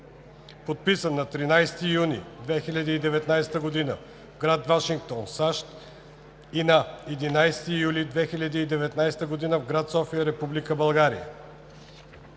подписан на 13 юни 2019 г. в гр. Вашингтон, САЩ, и на 11 юли 2019 г. в гр. София, Република България.